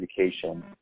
education